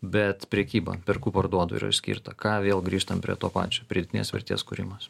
bet prekyba perku parduodu yra išskirta ką vėl grįžtam prie to pačio pridėtinės vertės kūrimas